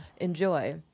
Enjoy